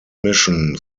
mission